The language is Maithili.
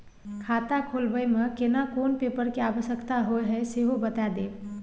खाता खोलैबय में केना कोन पेपर के आवश्यकता होए हैं सेहो बता देब?